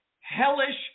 hellish